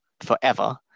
forever